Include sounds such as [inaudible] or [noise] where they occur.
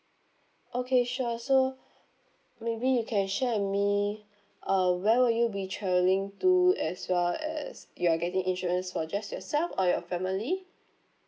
okay sure so [breath] maybe you can share with me uh where will you be travelling to as well as you are getting insurance for just yourself or your family